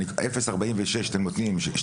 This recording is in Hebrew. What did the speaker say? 0.46 אתם נותנים,